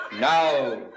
Now